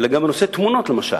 אלא גם בנושא תמונות למשל.